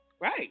right